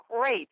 Great